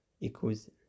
equals